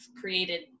created